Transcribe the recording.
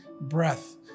breath